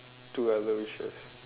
two other wishes